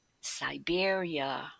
Siberia